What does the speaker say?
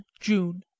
June